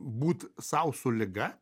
būt sau su liga